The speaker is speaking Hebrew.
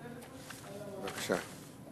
בבקשה.